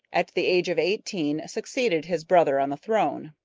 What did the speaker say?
at the age of eighteen, succeeded his brother on the throne.